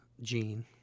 Gene